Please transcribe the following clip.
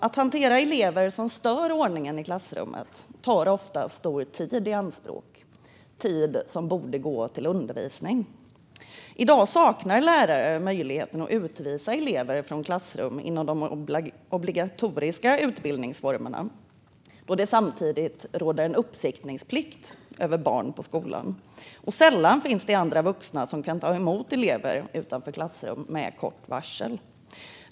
Att hantera elever som stör ordningen i klassrummet tar ofta stor tid i anspråk, tid som borde gå till undervisning. I dag saknar lärare möjlighet att utvisa elever från klassrum inom de obligatoriska utbildningsformerna. Samtidigt råder det en uppsiktsplikt över barn i skolan. Sällan finns det andra vuxna som med kort varsel kan ta emot elever utanför klassrummen.